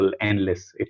endless